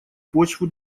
почву